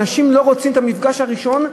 אנשים לא רוצים את המפגש הראשון,